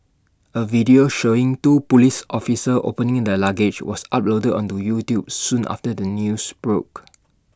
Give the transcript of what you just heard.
A video showing two Police officers opening the luggage was uploaded onto YouTube soon after the news broke